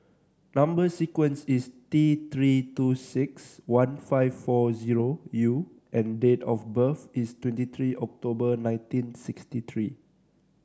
number sequence is T Three two six one five four zero U and date of birth is twenty three October nineteen sixty three